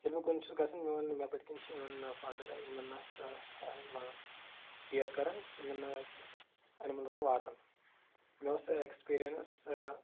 ییٚلہِ بہٕ کُن چھُس گژھان میون یپٲرۍ کِنۍ چھِ میون فادر یِمن ہس ہسا مطلب کِیر کران یِمن اینملٕزن واتن مےٚ اوس اٮ۪کٕسپیٖرینٕس